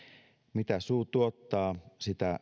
mitä suu tuottaa sitä